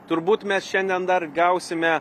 turbūt mes šiandien dar gausime